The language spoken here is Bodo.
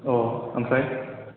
अह ओमफ्राय